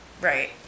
Right